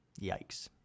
Yikes